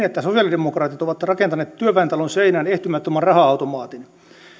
että sosialidemokraatit ovat rakentaneet työväentalon seinään ehtymättömän raha automaatin